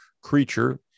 creature